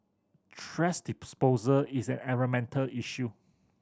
thrash disposal is an environmental issue